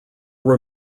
were